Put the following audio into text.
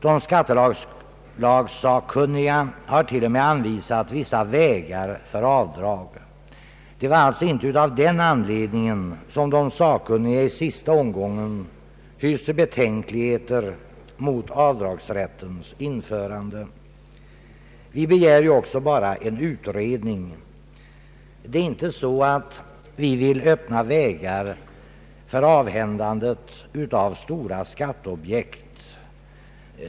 De har t.o.m. anvisat vissa vägar för avdrag. Det var alltså inte av den anledningen som de sakkunniga i sista omgången hyste betänkligheter mot avdragsrättens införande. Vi begär ju också bara en utredning. Vi vill inte öppna vägar för avhändande av stora skatteobjekt.